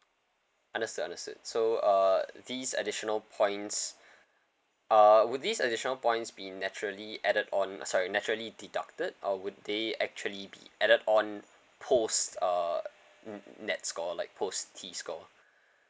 understood understood so uh these additional points uh would these additional points be naturally added on uh sorry naturally deducted or would they actually be added on post uh n~ nett score like post t score